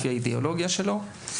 לפי האידאולוגיה שלו,